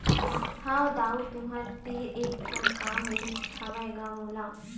हव दाऊ तुँहर तीर एक ठन काम रिहिस हवय गा मोला